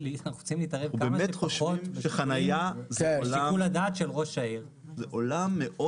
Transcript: אנחנו באמת חושבים שחנייה זה עולם מאוד